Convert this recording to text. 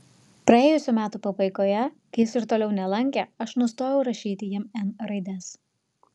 praėjusių metų pabaigoje kai jis ir toliau nelankė aš nustojau rašyti jam n raides